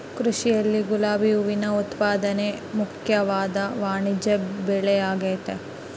ಕೃಷಿಯಲ್ಲಿ ಗುಲಾಬಿ ಹೂವಿನ ಉತ್ಪಾದನೆ ಮುಖ್ಯವಾದ ವಾಣಿಜ್ಯಬೆಳೆಆಗೆತೆ